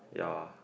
ya